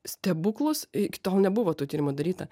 stebuklus iki tol nebuvo tų tyrimų daryta